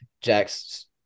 Jack's